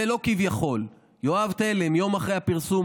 וזה לא כביכול: תת-ניצב יואב תלם אמר יום אחרי הפרסום: